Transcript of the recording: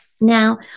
Now